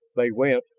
they went,